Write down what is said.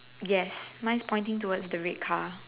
yes mine is pointing towards the red car